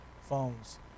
phones